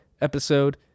episode